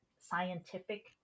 scientific